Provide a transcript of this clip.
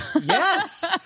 Yes